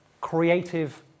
creative